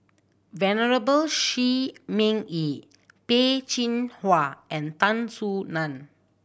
Venerable Shi Ming Yi Peh Chin Hua and Tan Soo Nan